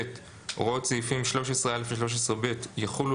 (ב) הוראות סעיפים 13א ו-13ב יחולו